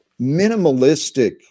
minimalistic